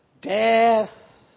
death